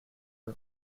are